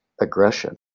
aggression